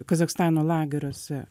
kazachstano lageriuose